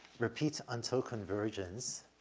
repeat until convergence,